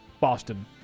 Boston